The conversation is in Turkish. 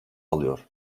alıyor